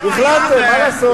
החלטתם, מה לעשות.